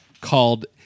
called